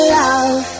love